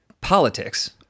politics